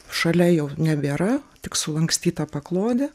šalia jau nebėra tik sulankstyta paklodė